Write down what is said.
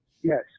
Yes